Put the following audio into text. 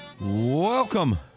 Welcome